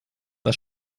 das